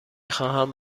خواهم